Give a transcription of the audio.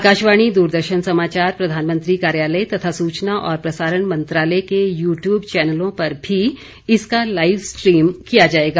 आकाशवाणी दूरदर्शन समाचार प्रधानमंत्री कार्यालय तथा सूचना और प्रसारण मंत्रालय के यू टयूब चैनलों पर भी इसका लाइव स्ट्रीम किया जाएगा